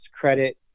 credit